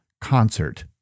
concert